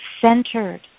centered